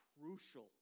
crucial